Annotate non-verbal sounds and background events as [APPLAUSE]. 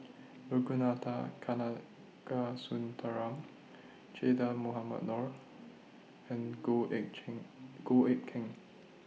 Ragunathar Kanagasuntheram Che Dah Mohamed Noor and Goh Eck [UNINTELLIGIBLE] Goh Eck Kheng